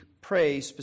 pray